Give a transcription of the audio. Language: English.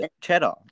Cheddar